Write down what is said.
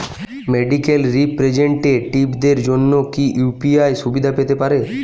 Medical রিপ্রেজন্টেটিভদের জন্য কি ইউ.পি.আই সুবিধা পেতে পারে?